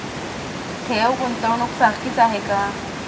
ठेव, गुंतवणूक सारखीच आहे का?